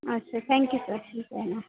अच्छा thank you sir